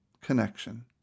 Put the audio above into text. connection